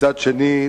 מצד שני,